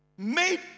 Made